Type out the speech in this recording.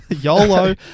YOLO